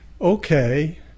Okay